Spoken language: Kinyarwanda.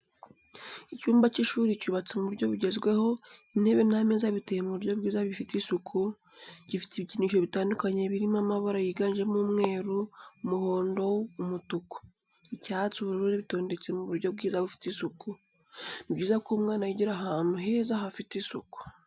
Icyumba cy'ishuri cyubatse mu buryo bugezweho intebe n'ameza biteye mu buryo bwiza bifite isuku, gifite ibikinisho bitandukanye biri mabara yiganjemo umweru, umuhondo, umutuku. icyatsi ubururu bitondetse mu buryo bwiza bufite isuku. ni byiza ko umwana yigira ahantu heza hafite isuku.